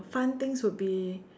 fun things would be